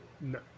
No